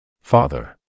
Father